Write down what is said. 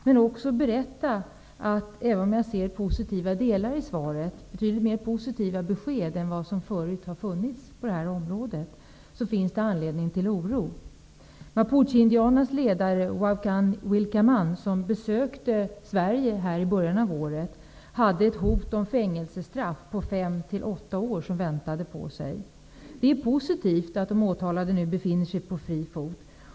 Men även om jag fått betydligt mer positiva besked än vad som förut har lämnats på detta område finns det anledning till oro. Mapucheindianernas ledare Aucán Huilca-mán som besökte Sverige i början av året hade ett hot om fängelsestraff på 5--8 år som väntade honom. Det är positivt att de åtalade nu befinner sig på fri fot.